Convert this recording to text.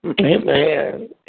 Amen